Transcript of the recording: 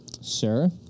Sir